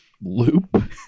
loop